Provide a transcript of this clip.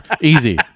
Easy